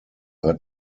hört